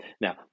Now